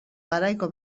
garaiko